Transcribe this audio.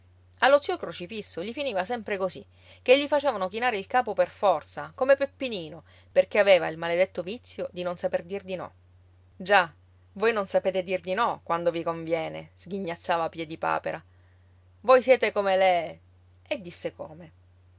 allo zio crocifisso gli finiva sempre così che gli facevano chinare il capo per forza come peppinino perché aveva il maledetto vizio di non sapere dir di no già voi non sapete dir di no quando vi conviene sghignazzava piedipapera voi siete come le e disse come